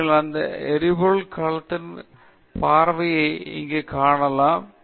எனவே நீங்கள் அந்த எரிபொருள் கலத்தின் நெருங்கிய பார்வை இங்கே காணலாம்